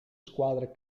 squadre